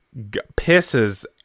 Pisses